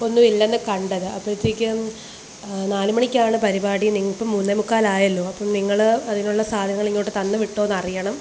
ഒന്നും ഇല്ലെന്ന് കണ്ടത് അപ്പോഴത്തേക്കും നാലുമണിക്കാണ് പരിപാടി ഇനി ഇപ്പോൾ മൂന്നേമുക്കാല് ആയല്ലോ അപ്പം നിങ്ങൾ അതിനുള്ള സാധനങ്ങള് ഇങ്ങോട്ട് തന്നുവിട്ടോ എന്നറിയണം